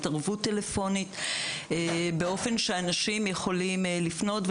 התערבות טלפונית באופן שאנשים יכולים לפנות,